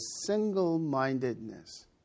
single-mindedness